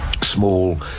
small